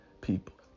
people